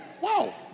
wow